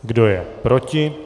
Kdo je proti?